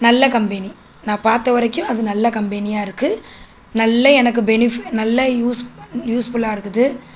நல்ல கம்பெனி நான் பார்த்த வரைக்கும் அது நல்ல கம்பெனியாக இருக்குது நல்ல எனக்கு பெனிஃபிட் நல்ல யூஸ் பண்ண யூஸ்ஃபுல்லாக இருக்குது